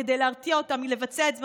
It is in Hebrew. שכדי להרתיע אותם מלבצע את זממם,